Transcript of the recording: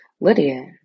Lydia